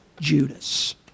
Judas